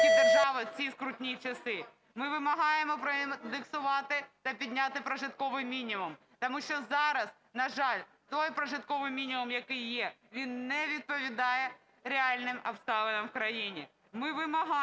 держави у ці скрутні часи. Ми вимагаємо проіндексувати та підняти прожитковий мінімум, тому що зараз, на жаль, той прожитковий мінімум, який є, він не відповідає реальним обставинам у країні. Ми вимагаємо,